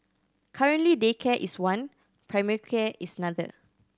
currently daycare is one primary care is another